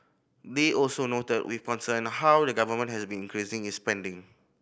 they also noted with concern how the Government has been increasing its spending